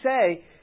say